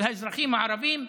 של האזרחים הערבים,